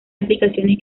aplicaciones